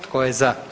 Tko je za?